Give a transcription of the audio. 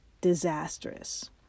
disastrous